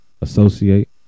associate